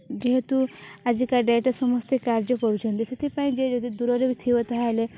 ଯେହେତୁ ଆଜିକା ଡେଟ୍ରେ ସମସ୍ତେ କାର୍ଯ୍ୟ କରୁଛନ୍ତି ସେଥିପାଇଁ ଯିଏ ଯଦି ଦୂରରେ ବି ଥିବ ତା'ହେଲେ